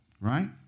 right